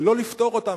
ולא לפטור אותם,